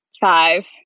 five